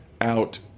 out